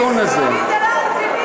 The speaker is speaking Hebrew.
כי זה לא רציני.